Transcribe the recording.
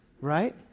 right